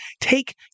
take